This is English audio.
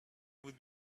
would